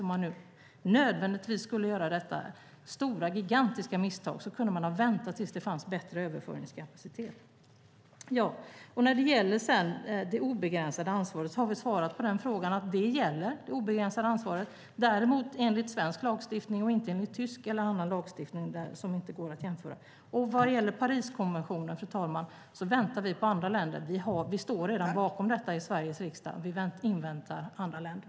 Om man nu nödvändigtvis skulle göra detta gigantiska misstag kunde man ha väntat tills det fanns bättre överföringskapacitet. Frågan om det obegränsade ansvaret har vi svarat på och sagt att det obegränsade ansvaret gäller. Det gäller enligt svensk lagstiftning och inte enligt tysk eller annan lagstiftning, som inte går att jämföra. Vad gäller Pariskonventionen, fru talman, väntar vi på andra länder. Vi står redan bakom detta i Sveriges riksdag och inväntar andra länder.